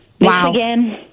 wow